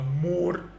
more